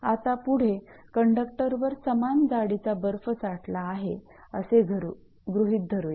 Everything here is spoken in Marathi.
आता पुढे कंडक्टरवर समान जाडीचा बर्फ साठला आहे असे गृहीत धरुयात